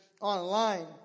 online